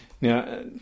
Now